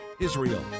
Israel